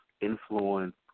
influence